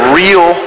real